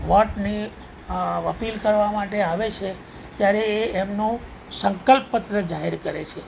વોટની અપીલ કરવા માટે આવે છે ત્યારે એ એમનો સંકલ્પપત્ર જાહેર કરે છે